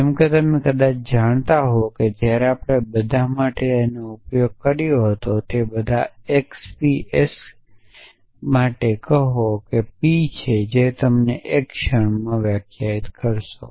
જેમ કે તમે કદાચ જાણતા હોવ કે જ્યારે આપણે બધા માટે ઉપયોગ કરીએ છીએ તેથી જો બધા X ps માટે કહો P છે જે તમે એક ક્ષણમાં વ્યાખ્યાયિત કરશો